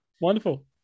Wonderful